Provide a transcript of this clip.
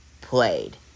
played